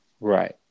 Right